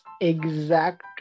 exact